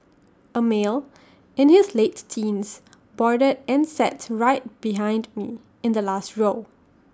A male in his late teens boarded and sat right behind me in the last row